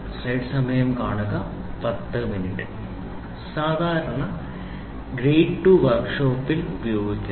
grade 2 സാധാരണയായി work ഷോപ്പിൽ ഉപയോഗിക്കുന്നു